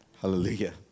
hallelujah